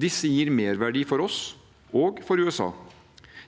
Disse gir merverdi for oss og for USA.